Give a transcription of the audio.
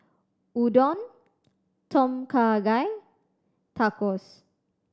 Udon Tom Kha Gai Tacos